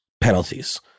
penalties